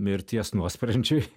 mirties nuosprendžiui